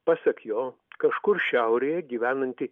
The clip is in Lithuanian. pasak jo kažkur šiaurėje gyvenanti